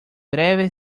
breve